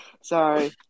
Sorry